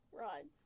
right